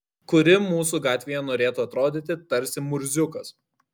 kuri mūsų gatvėje norėtų atrodyti tarsi murziukas